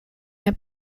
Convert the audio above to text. der